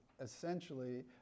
essentially